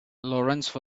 lawrence